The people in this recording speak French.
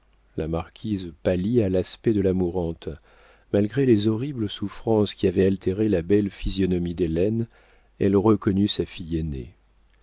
la marquise pâlit à l'aspect de la mourante malgré les horribles souffrances qui avaient altéré la belle physionomie d'hélène elle reconnut sa fille aînée